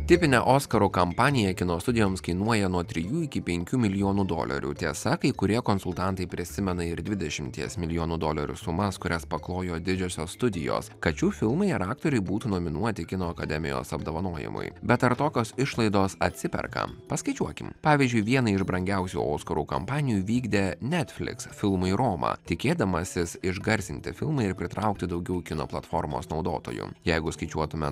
tipinė oskaro kampaniją kino studijoms kainuoja nuo trijų iki penkių milijonų dolerių tiesa kai kurie konsultantai prisimena ir dvidešimties milijonų dolerių sumas kurias paklojo didžiosios studijos kad šių filmai ar aktoriai būtų nominuoti kino akademijos apdovanojimui bet ar tokios išlaidos atsiperka paskaičiuokim pavyzdžiui vienai iš brangiausių oskarų kampanijų vykdę netfliks filmui romą tikėdamasis išgarsinti filmą ir pritraukti daugiau kino platformos naudotojų jeigu skaičiuotume